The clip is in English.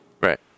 Right